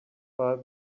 buy